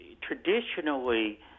traditionally